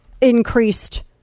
increased